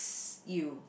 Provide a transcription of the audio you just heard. you